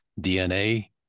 DNA